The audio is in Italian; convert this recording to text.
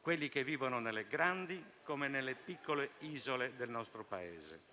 quelli che vivono nelle grandi come nelle piccole isole del nostro Paese.